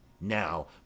Now